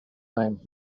name